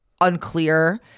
unclear